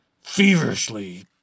Feverishly